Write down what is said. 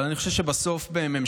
אבל אני חושב שבסוף בממשלה,